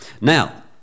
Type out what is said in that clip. Now